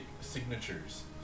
signatures